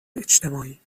اجتماعی